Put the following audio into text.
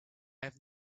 have